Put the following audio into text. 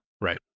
Right